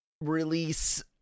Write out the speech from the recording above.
release